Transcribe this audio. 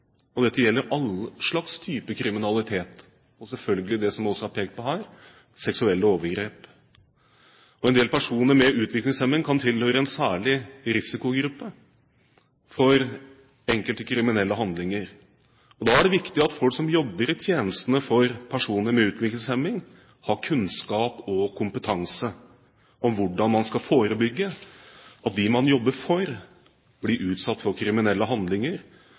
Dette gjelder alle slags typer kriminalitet – selvfølgelig også det som er pekt på her: seksuelle overgrep. En del personer med utviklingshemming kan tilhøre en særlig risikogruppe for enkelte kriminelle handlinger. Da er det viktig at folk som jobber i tjenestene for personer med utviklingshemming, har kunnskap og kompetanse om hvordan man skal forebygge at dem man jobber for, blir utsatt for kriminelle handlinger,